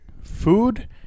food